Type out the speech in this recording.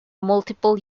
multiple